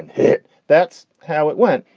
hit. that's how it went.